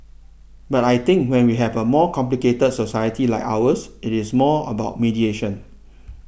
but I think when we have a more complicated society like ours it is more about mediation